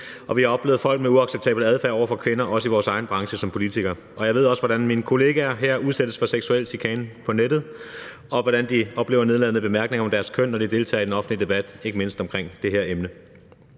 Vi har oplevet folk med uacceptabel adfærd over for kvinder, også i vores egen branche som politikere, og jeg ved også, hvordan mine kollegaer her udsættes for seksuel chikane på nettet, og hvordan de oplever nedladende bemærkninger om deres køn, når de deltager i den offentlige debat, ikke mindst omkring det her emne.